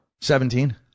Seventeen